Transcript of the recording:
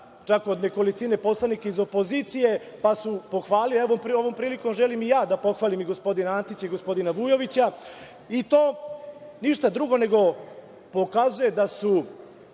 čak i od nekolicine poslanika iz opozicije, pa ovom prilikom želim i ja da pohvalim i gospodina Antića i gospodina Vujovića, a to pokazuje ništa drugo nego da su